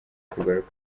kugaruka